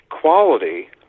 quality